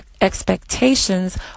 expectations